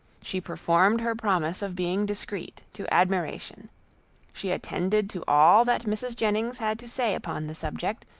she performed her promise of being discreet, to admiration she attended to all that mrs. jennings had to say upon the subject,